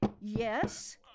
Yes